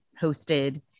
hosted